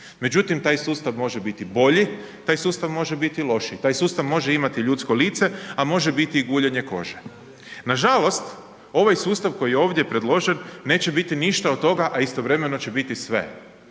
međutim taj sustav može biti bolji, taj sustav može biti lošiji, taj sustav može imati ljudsko lice a može biti i guljenje kože. Nažalost, ovaj sustav koji je ovdje predložen neće biti ništa od toga a istovremeno će biti sve